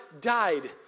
died